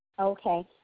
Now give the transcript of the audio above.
Okay